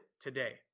today